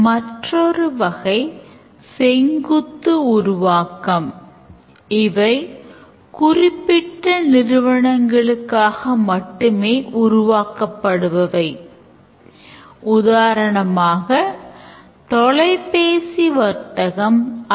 நல்ல use caseகளை உருவாக்குவதற்கான நிபுணத்துவத்தை உருவாக்க நாம் பல problemகளைப் பயிற்சி செய்ய வேண்டும்